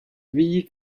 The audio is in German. wie